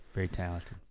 very talented.